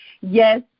Yes